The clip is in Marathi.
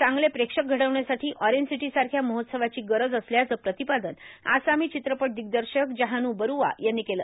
चांगले प्रेक्षक घडवण्यासाठी ऑर्टेंज सिटीसारख्या महोत्सवाची गरज असल्याचं प्रतिपादन आसामी चित्रपट दिन्दर्शक जाहन्र बरूआ यांनी केलं